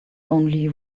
only